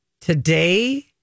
today